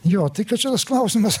jo tai kad čia tas klausimas